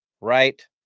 Right